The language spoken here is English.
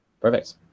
Perfect